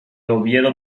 oviedo